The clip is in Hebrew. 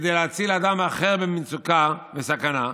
כדי להציל אדם אחר במצוקה ובסכנה,